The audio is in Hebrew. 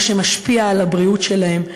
מה שמשפיע על הבריאות שלהן.